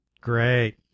Great